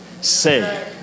say